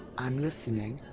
i'm listening.